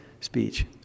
speech